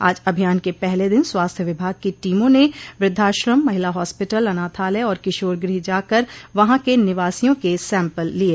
आज अभियान के पहले दिन स्वास्थ्य विभाग की टीमां ने वृद्वा आश्रम महिला हॉस्पिटल अनाथालय और किशोर गृह जाकर वहां के निवासियों के सैंपल लिये